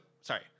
sorry